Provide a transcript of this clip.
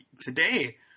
today